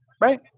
right